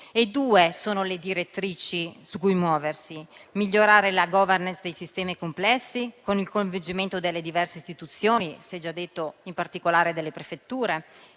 Due sono le direttrici su cui muoversi: migliorare la *governance* dei sistemi complessi, con il coinvolgimento delle diverse istituzioni - si è già detto, in particolare, delle prefetture